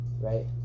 right